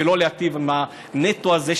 ולא בנטו הזה,